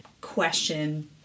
question